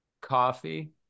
coffee